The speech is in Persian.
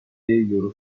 یورو